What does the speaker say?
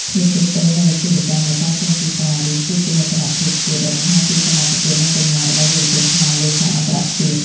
ភាពជោគជ័យនៃអាជីវកម្មដែលកើតចេញពីសាលារៀន គឺជាមោទនភាពជាតិដែលបង្ហាញពីសមត្ថភាព និងបញ្ញារបស់យុវជនខ្មែរលើឆាកអន្តរជាតិ។